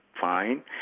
Fine